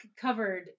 Covered